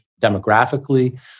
demographically